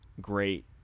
great